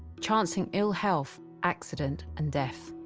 chancing ill health, accident and death.